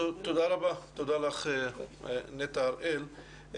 כן, תודה לך, נטע הראל.